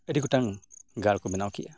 ᱟᱹᱰᱤ ᱜᱚᱴᱟᱝ ᱜᱟᱲ ᱠᱚ ᱵᱮᱱᱟᱣ ᱠᱮᱜᱼᱟ